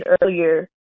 earlier